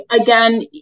again